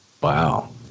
Wow